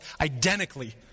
identically